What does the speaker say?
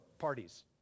Parties